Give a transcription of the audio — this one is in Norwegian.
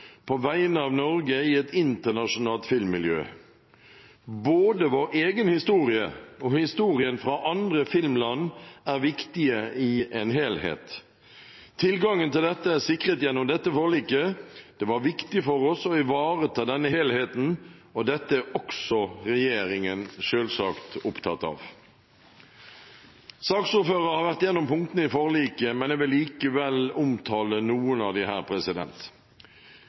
på vegne av Norge i et internasjonalt filmmiljø. Både vår egen historie og historien fra andre filmland er viktige i en helhet. Tilgangen til dette er sikret gjennom dette forliket. Det var viktig for oss å ivareta denne helheten, og dette er også regjeringen selvsagt opptatt av. Saksordføreren har vært gjennom punktene i forliket, men jeg vil likevel omtale noen av dem her.